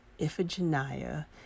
Iphigenia